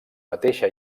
mateixa